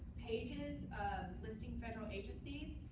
pages of listing federal agencies,